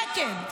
זה כן.